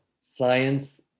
Science